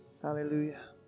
Hallelujah